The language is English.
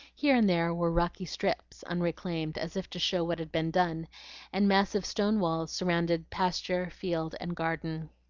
here and there were rocky strips unreclaimed, as if to show what had been done and massive stone walls surrounded pasture, field, and garden.